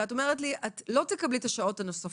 את אומרת לי: את לא תקבלי את השעות הנוספות,